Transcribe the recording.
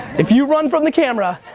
if you run from the camera,